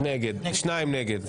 שניים נגד.